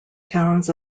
towns